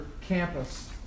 campus